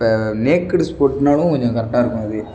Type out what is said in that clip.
இப்போ நேக்குடு ஸ்போர்ட்னாலும் கொஞ்சம் கரெக்ட்டாக இருக்கும் அது